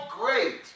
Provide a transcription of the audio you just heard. great